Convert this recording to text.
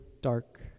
dark